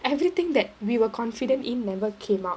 everything that we were confident in never came out